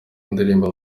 ndirimbo